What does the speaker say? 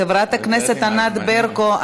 חברת הכנסת ענת ברקו,